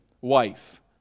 wife